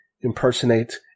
impersonate